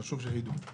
חשוב שתדעו.